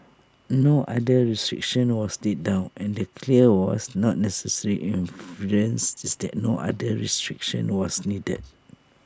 no other restriction was laid down and the clear was not necessary inference is that no other restriction was needed